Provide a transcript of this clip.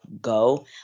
go